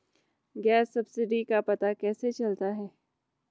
Gas subsidy का पता कैसे चलता है?